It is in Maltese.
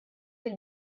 fil